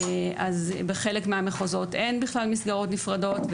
בחלק מהמחוזות אין בכלל מסגרות נפרדות,